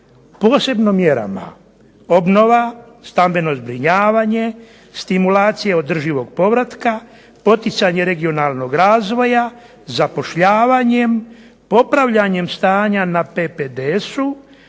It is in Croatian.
posebno mjerama obnova, stambeno zbrinjavanje, stimulacija održivog povratka, poticanje regionalnog razvoja, zapošljavanjem, popravljanjem stanja na PPDS-u,